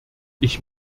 ich